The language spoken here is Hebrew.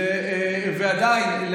סליחה?